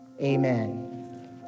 Amen